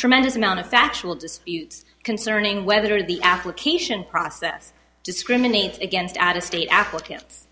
tremendous amount of factual disputes concerning whether the application process discriminates against at a state applicants